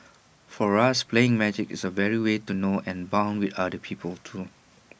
for us playing magic is A way to know and Bond with other people too